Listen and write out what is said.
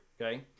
Okay